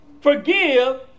forgive